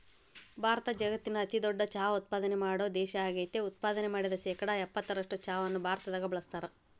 ಭಾರತ ಜಗತ್ತಿನ ಅತಿದೊಡ್ಡ ಚಹಾ ಉತ್ಪಾದನೆ ಮಾಡೋ ದೇಶ ಆಗೇತಿ, ಉತ್ಪಾದನೆ ಮಾಡಿದ ಶೇಕಡಾ ಎಪ್ಪತ್ತರಷ್ಟು ಚಹಾವನ್ನ ಭಾರತದಾಗ ಬಳಸ್ತಾರ